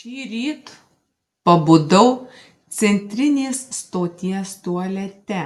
šįryt pabudau centrinės stoties tualete